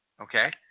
Okay